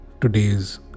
today's